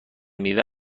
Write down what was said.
میوه